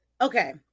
okay